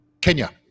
Kenya